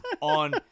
on